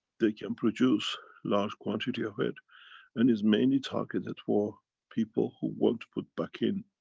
they can produce large quantity of it and is mainly targeted for people who want to put back in,